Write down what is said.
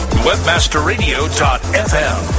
WebmasterRadio.fm